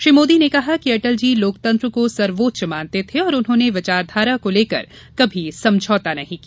श्री मोदी ने कहा कि अटल जी लोकतंत्र को सर्वोच्च मानते थे और उन्होंने विचाधारा को लेकर कभी समझौता नहीं किया